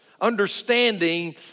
understanding